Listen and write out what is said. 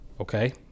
Okay